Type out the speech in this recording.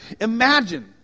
Imagine